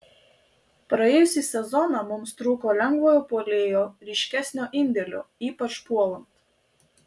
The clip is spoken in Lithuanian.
praėjusį sezoną mums trūko lengvojo puolėjo ryškesnio indėlio ypač puolant